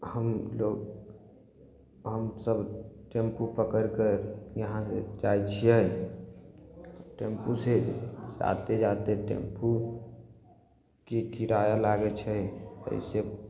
हमलोग हमसब टेम्पू पकड़िकऽ यहाँ से जाइ छियै टेम्पू से आते जाते टेम्पूके किराया लागै छै ओहीके